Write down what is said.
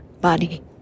body